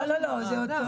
לא, זה אותו סכום.